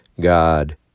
God